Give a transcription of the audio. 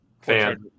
fan